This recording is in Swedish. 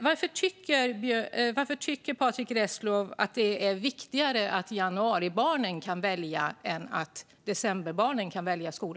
Varför tycker Patrick Reslow att det är viktigare att januaribarnen kan välja skola än att decemberbarnen kan det?